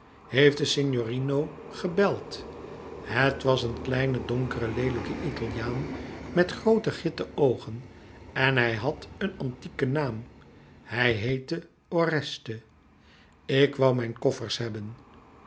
de signorino gebeld het was een kleine donkere leelijke italiaan met groote gitten oogen en hij had een antieken naam hij heette oreste ik woû mijn koffers hebben